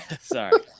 sorry